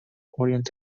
orient